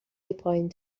پایین